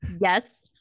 yes